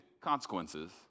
consequences